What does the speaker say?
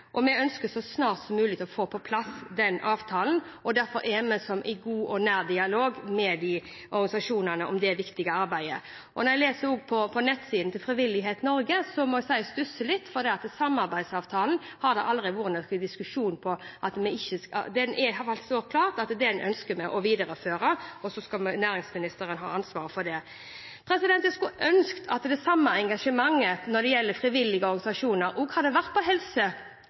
Vi ønsker så snart som mulig å få på plass den avtalen, og derfor er vi i god og nær dialog med de organisasjonene om det viktige arbeidet. Når jeg leser på nettsidene til Frivillighet Norge må jeg si jeg stusser litt, fordi det har aldri vært noen diskusjon om vi skal ha samarbeidsavtalen. Det står klart at vi ønsker å videreføre den, og næringsministeren skal ha ansvaret for det. Jeg skulle ønske at det samme engasjementet som for frivillige organisasjoner også var på helsefeltet. Hvis dere husker forrige valgkamp, så var det